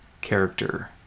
character